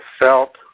felt